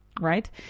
right